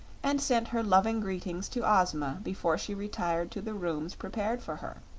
and sent her loving greetings to ozma before she retired to the rooms prepared for her.